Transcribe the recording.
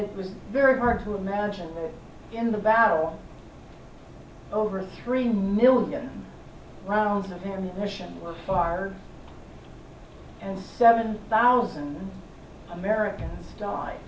it was very hard to imagine in the battle over three million rounds of ammunition fire and seven thousand americans die